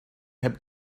heb